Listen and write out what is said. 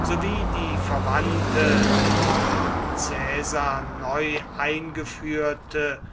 sowie die verwandte von caesar neu eingeführte